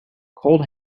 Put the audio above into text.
cold